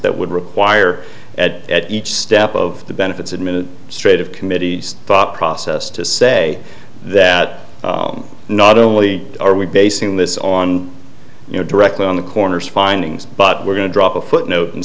that would require at each step of the benefits of minute straight of committees thought process to say that not only are we basing this on you know directly on the coroner's findings but we're going to drop a footnote and